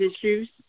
issues